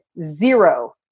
zero